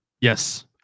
Yes